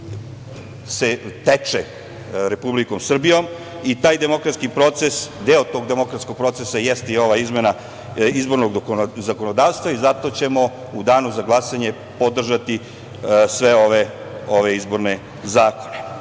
i teče Republikom Srbijom. Taj demokratski proces, deo tog demokratskog procesa jeste i ova izmena izbornog zakonodavstva i zato ćemo u danu za glasanje podržati sve ove izborne zakone. Ovde